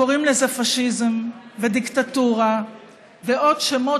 קוראים לזה פאשיזם ודיקטטורה ועוד שמות